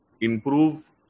improve